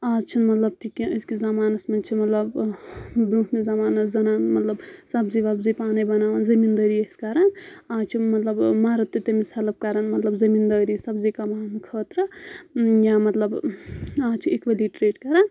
آز چھُِنہٕ مطلب تہِ کینٛہہ مطلب أزکِس زَمانَس منٛز چھِ مطلب برونٛٹھ منٛز زَمانہٕ ٲسۍ زَنان مطلب سبزی وَبزی پانے بَناوان زٔمیٖندٲری ٲسۍ کَران اَز چھِ مطلب مَرٕد تہِ تٔمِس ہیٚلٕپ کَران مطلب زٔمیٖندٲری سبزی کَماونہٕ خٲطرٕ یا مطلب آز چھِ اِکولی ٹرٛیٖٹ کَران